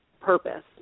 purpose